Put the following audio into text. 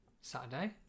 Saturday